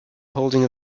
holding